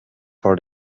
for